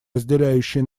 разделяющие